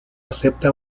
acepta